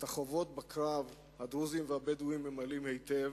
את החובות בקרב הדרוזים והבדואים ממלאים היטב,